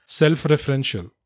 self-referential